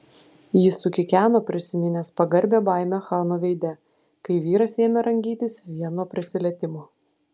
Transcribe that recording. jis sukikeno prisiminęs pagarbią baimę chano veide kai vyras ėmė rangytis vien nuo prisilietimo